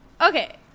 okay